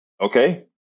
okay